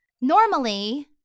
Normally